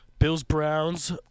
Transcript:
Bills-Browns